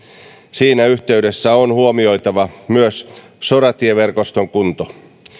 siinä yhteydessä on huomioitava myös soratieverkoston kunto